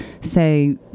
say